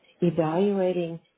evaluating